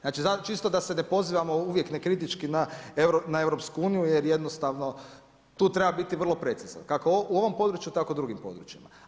Znači, čisto da se ne pozivamo uvijek nekritički na EU jer jednostavno tu treba biti vrlo precizan kako u ovom području, tako i u drugim područjima.